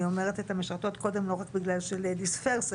אני אומרת את המשרתות קודם לא רק בגלל ש"ladies first",